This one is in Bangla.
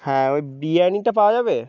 হ্যাঁ ওই বিরিয়ানিটা পাওয়া যাবে